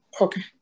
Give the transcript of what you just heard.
Okay